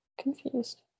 confused